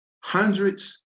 hundreds